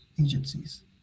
agencies